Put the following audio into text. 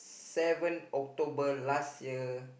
seven October last year